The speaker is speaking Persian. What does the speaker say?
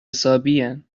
حسابین